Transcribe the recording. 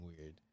weird